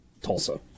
Tulsa